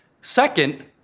Second